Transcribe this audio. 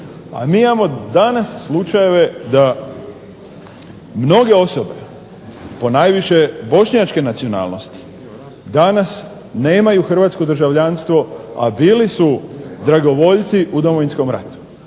a mi imamo danas slučajeve da mnoge osobe, ponajviše bošnjačke nacionalnosti danas nemaju hrvatsko državljanstvo, a bili su dragovoljci u Domovinskom ratu.